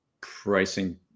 pricing